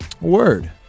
Word